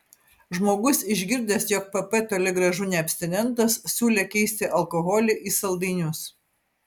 žmogus išgirdęs jog pp toli gražu ne abstinentas siūlė keisti alkoholį į saldainius